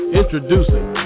introducing